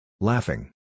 Laughing